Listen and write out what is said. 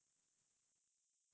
err what else to talk